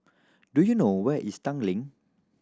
do you know where is Tanglin